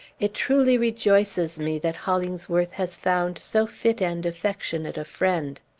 it truly rejoices me that hollingsworth has found so fit and affectionate a friend!